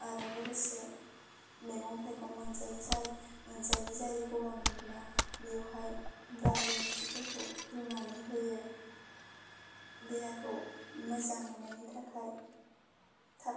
आरो लोगोसे मैगं थाइगं मोनजायै जायो मोनजायै जायो गगा मोनब्ला बेवहाय दालि ओंख्रिखौ रुनानै होयो देहाखौ मोजां मोननायनि थाखाय थाब